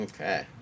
Okay